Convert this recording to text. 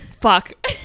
fuck